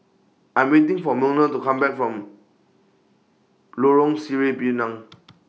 I'm waiting For Wilmer to Come Back from Lorong Sireh Pinang